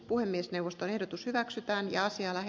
puhemiesneuvoston ehdotus hyväksytään ja siellä